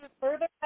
further